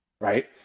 right